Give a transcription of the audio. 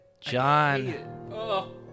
John